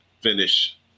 finish